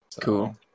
Cool